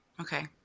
Okay